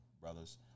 brothers